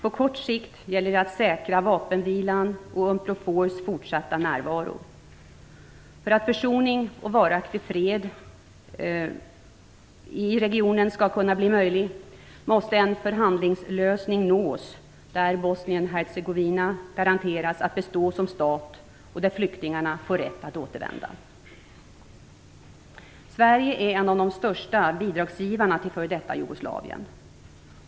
På kort sikt gäller det att säkra vapenvilan och Unprofors fortsatta närvaro. För att försoning och varaktig fred i regionen skall kunna bli möjlig måste en förhandlingslösning nås där Bosnien-Hercegovina garanteras att bestå som stat och där flyktingarna får rätt att återvända. Sverige är en av de största bidragsgivarna till f.d. Jugoslavien.